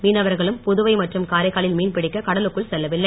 மீனவர்களும் புதுவை மற்றும் காரைக்காலில் மீன்பிடிக்க கடலுக்குள் செல்லவில்லை